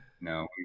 no